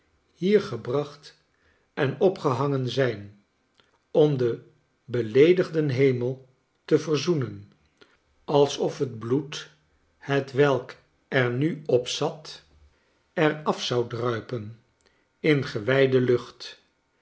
hier gebracht en opgehangen zijn om den beleedigden hemel te verzoenen alsof het bloed hetwelk er nu op zat er af zou druipen in gewijde lucht